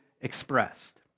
expressed